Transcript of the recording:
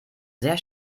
sehr